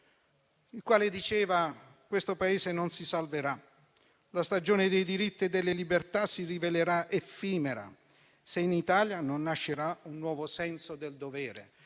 il quale diceva che questo Paese non si salverà, che la stagione dei diritti e delle libertà si rivelerà effimera, se in Italia non nascerà un nuovo senso del dovere.